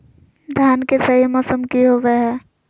धान के सही मौसम की होवय हैय?